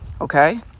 Okay